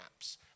apps